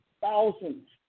thousands